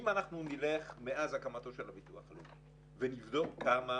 אם אנחנו נלך מאז הקמתו של הביטוח הלאומי ונבדוק כמה